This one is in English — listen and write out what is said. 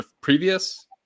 previous